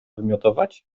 wymiotować